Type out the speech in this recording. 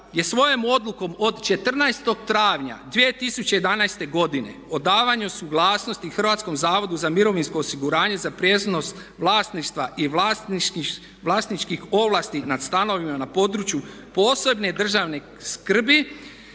je svojom odlukom od 14. travnja 2011. godine o davanju suglasnosti Hrvatskom zavodu za mirovinsko osiguranje za prijenos vlasništva i vlasničkih ovlasti nad stanovima na području posebne državne skrbi